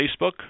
Facebook